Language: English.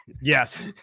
yes